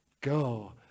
Go